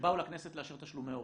כשבאו לכנסת לאשר תשלומי הורים,